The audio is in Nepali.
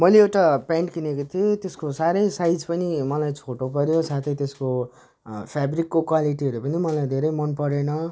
मैले एउटा पेन्ट किनेको थिएँ त्यसको साह्रै साइज पनि मलाई छोटो पर्यो साथै त्यसको फेब्रिकको क्वालिटीहरू पनि मलाई धेरै मनपरेन